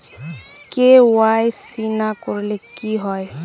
KYC না করলে কি হয়?